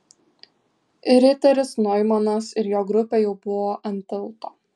riteris noimanas ir jo grupė jau buvo ant tilto